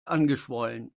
angeschwollen